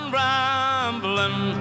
rambling